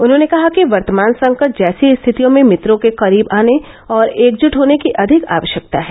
उन्होंने कहा कि वर्तमान संकट जैसी स्थितियों में मित्रों के करीब आने और एकजुट होने की अधिक आवश्यकता है